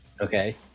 Okay